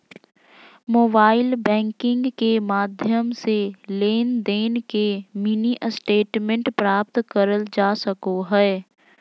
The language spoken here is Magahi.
मोबाइल बैंकिंग के माध्यम से लेनदेन के मिनी स्टेटमेंट प्राप्त करल जा सको हय